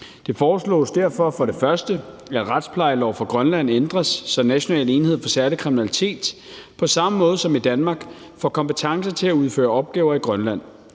Det foreslås derfor for det første, at retsplejelov for Grønland ændres, så National enhed for Særlig Kriminalitet på samme måde som i Danmark får kompetence til at udføre opgaver i Grønland.